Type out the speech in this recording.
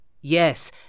Yes